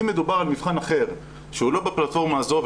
אם מדובר על מבחן אחר שהוא לא בפלטפורמה הזו,